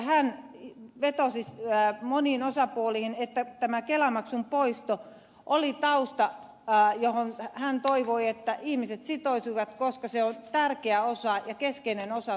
hän vetosi moniin osapuoliin että tämä kelamaksun poisto oli tausta johon hän toivoi ihmisten sitoutuvan koska se on tärkeä ja keskeinen osa sosiaalitupoa